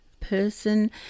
person